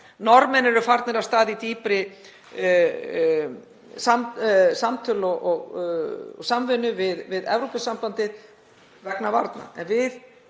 Norðmenn eru farnir af stað í dýpri samtöl og samvinnu við Evrópusambandið vegna varna